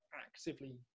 actively